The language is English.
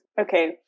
Okay